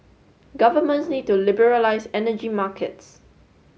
governments need to liberalize energy markets